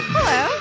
Hello